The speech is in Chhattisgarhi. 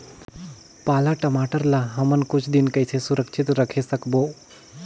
पाला टमाटर ला हमन कुछ दिन कइसे सुरक्षित रखे सकबो?